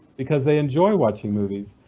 because they enjoy watching movies.